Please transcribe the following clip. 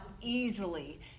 easily